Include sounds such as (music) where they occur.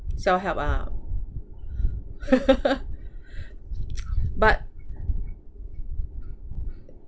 self-help ah (laughs) (noise) but